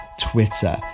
twitter